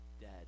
dead